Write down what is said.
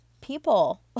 people